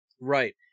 Right